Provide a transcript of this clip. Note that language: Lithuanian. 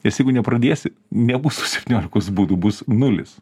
nes jeigu nepradėsi nebus tų septyniolikos būdų bus nulis